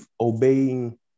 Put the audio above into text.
obeying